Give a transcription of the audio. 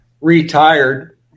retired